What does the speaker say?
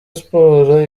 sport